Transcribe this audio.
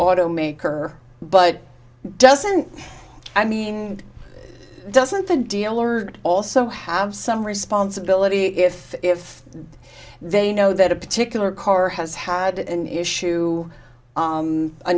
auto maker but doesn't i mean doesn't the dealer also have some responsibility if if they know that a particular car has had an issue